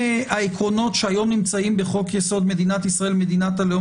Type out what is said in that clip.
העקרונות שהיום נמצאים בחוק יסוד מדינת ישראל - מדינת הלאום